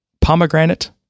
pomegranate